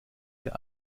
der